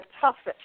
toughest